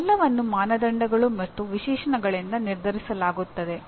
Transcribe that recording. ಇವೆಲ್ಲವನ್ನೂ ಮಾನದಂಡಗಳು ಮತ್ತು ವಿಶೇಷಣಗಳಿಂದ ನಿರ್ಧರಿಸಲಾಗುತ್ತದೆ